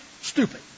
Stupid